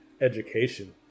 education